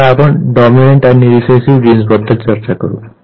तर आता आपण डॉमिनन्ट आणि रिसेसिव्ह जीन्सबद्दलही चर्चा करू